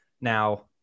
now